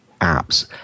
apps